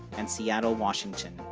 and seattle washington.